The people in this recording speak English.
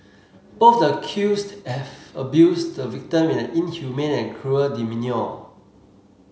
both the accused have abused the victim in an inhumane and cruel demeanour